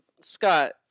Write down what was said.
Scott